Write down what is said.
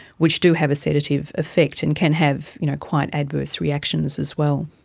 which do have a sedative effect and can have quite adverse reactions as well.